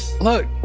Look